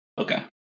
Okay